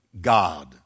God